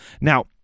Now